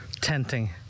tenting